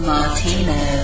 Martino